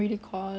mmhmm